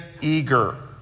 eager